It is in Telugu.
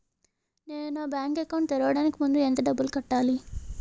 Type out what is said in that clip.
నేను నా బ్యాంక్ అకౌంట్ తెరవడానికి ముందు ఎంత డబ్బులు కట్టాలి?